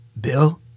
Bill